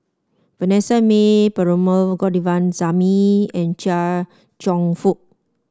Vanessa Mae Perumal Govindaswamy and Chia Cheong Fook